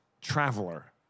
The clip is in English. traveler